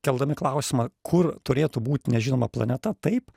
keldami klausimą kur turėtų būt nežinoma planeta taip